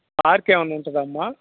park ఏమన్నా ఉంటుందామ్మా